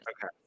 Okay